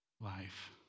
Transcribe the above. life